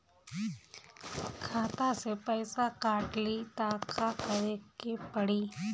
खाता से पैसा काट ली त का करे के पड़ी?